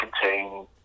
contain